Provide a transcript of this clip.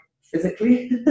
physically